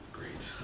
great